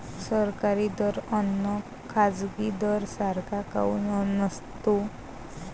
सरकारी दर अन खाजगी दर सारखा काऊन नसतो?